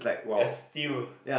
as steal